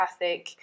empathic